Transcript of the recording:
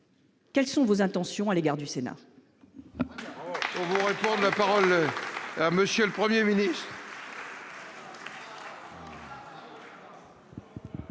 quelles sont vos intentions à l'égard de notre